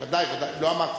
ודאי, ודאי.